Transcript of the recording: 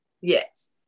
Yes